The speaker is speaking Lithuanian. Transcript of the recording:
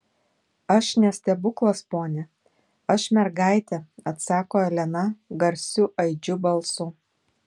aš ne stebuklas pone aš mergaitė atsako elena garsiu aidžiu balsu